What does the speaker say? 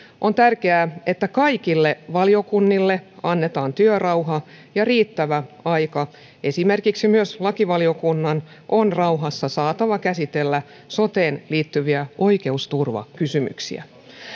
on tärkeää että kaikille valiokunnille annetaan työrauha ja riittävä aika esimerkiksi myös lakivaliokunnan on rauhassa saatava käsitellä soteen liittyviä oikeusturvakysymyksiä